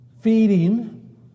feeding